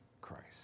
Christ